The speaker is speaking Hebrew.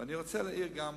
ואני רוצה להעיר גם,